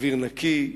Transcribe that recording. אוויר נקי,